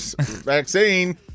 vaccine